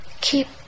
keep